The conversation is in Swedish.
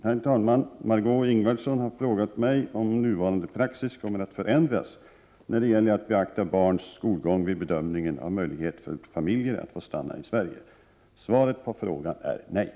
Herr talman! Margö Ingvardsson har frågat mig om nuvarande praxis kommer att förändras när det gäller att beakta barns skolgång vid bedömningen av möjligheten för familjer att få stanna i Sverige. Svaret på frågan är nej.